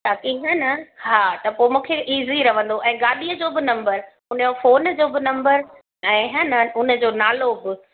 ताकी ईअं न हा त पोइ मूंखे ईज़ी रहंदो ऐं गाॾीअ जो बि नम्बर उनजो फोन जो बि नम्बर ऐं हा न उनजो नालो बि